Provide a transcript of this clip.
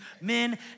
men